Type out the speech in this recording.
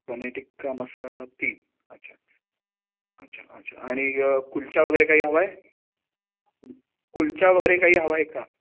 पनीर टिक्का मसाला तीन अच्छा अच्छा अच्छा आणि कुलचा वगैरे काही हवा आहे कुलचा वगैरे काही हवा आहे का